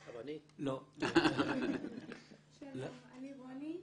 רוני: שלום, אני רוני,